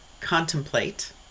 contemplate